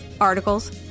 articles